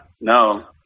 No